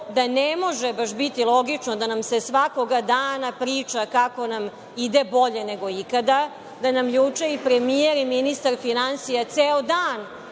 da ne može baš biti logično da nam se svakoga dana priča kako nam ide bolje nego ikada, da nam juče i premijer i ministar finansija ceo dan